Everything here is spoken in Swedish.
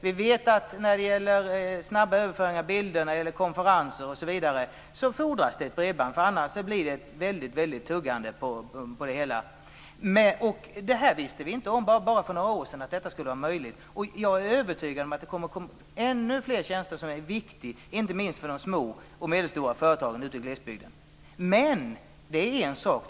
Vi vet att när det gäller snabba överföringar av bilder, konferenser osv. fordras det bredband, annars blir det ett väldigt "tuggande". Bara för några år sedan visste vi inte om att detta skulle vara möjligt. Jag är övertygad om att det kommer att komma ännu fler tjänster som är viktiga, inte minst för de små och medelstora företagen i glesbygden. Det är en sak.